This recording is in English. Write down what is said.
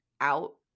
out